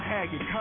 Haggard